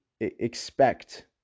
expect